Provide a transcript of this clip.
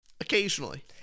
Occasionally